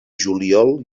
juliol